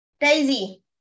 Daisy